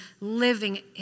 living